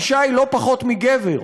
אישה היא לא פחות מגבר,